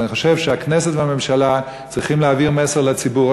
אבל אני חושב שהכנסת והממשלה צריכות להעביר מסר לציבור.